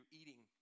eating